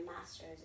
master's